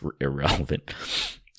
irrelevant